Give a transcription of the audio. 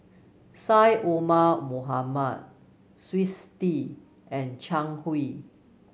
Syed Omar Mohamed Twisstii and Zhang Hui